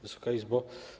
Wysoka Izbo!